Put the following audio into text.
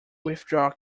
withdraw